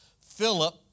Philip